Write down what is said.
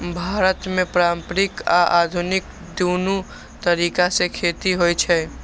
भारत मे पारंपरिक आ आधुनिक, दुनू तरीका सं खेती होइ छै